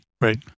Right